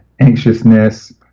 anxiousness